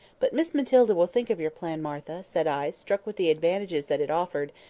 but miss matilda will think of your plan, martha, said i, struck with the advantages that it offered,